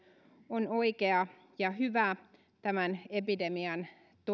on oikea ja hyvä tämän epidemian